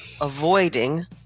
avoiding